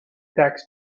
tax